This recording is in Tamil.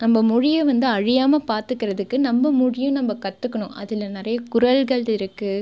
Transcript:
நம்ம மொழியை வந்து அழியாமல் பார்த்துகிறதுக்கு நம்ம மொழியையும் நம்ம கற்றுக்கணும் அதில் நிறைய குறள்கள் இருக்குது